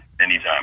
anytime